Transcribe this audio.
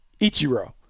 Ichiro